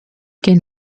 gehen